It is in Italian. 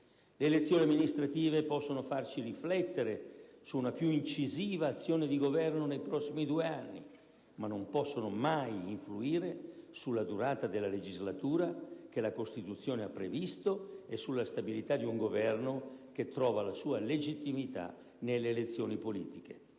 Le elezioni amministrative possono farci riflettere su una più incisiva azione di governo nei prossimi due anni, ma non possono mai influire sulla durata della legislatura che la Costituzione ha previsto e sulla stabilità di un Governo, che trova la sua legittimità nelle elezioni politiche.